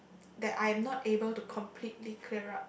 that I am not able to completely clear up